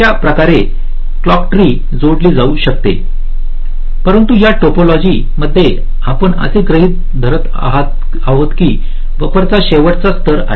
अश्या प्रकारे clock tree जोडले जाऊ शकते परंतु या टोपोलॉजी मध्ये आपण असे गृहीत धरत आहोत की बफर चा शेवटचा स्तर आहे